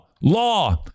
law